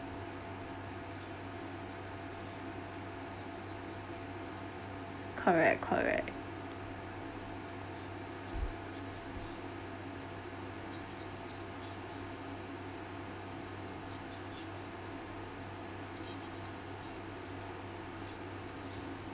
correct correct